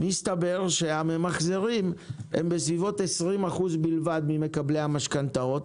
מסתבר שהממחזרים הם בסביבות 20% בלבד ממקבלי המשכנתאות,